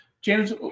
James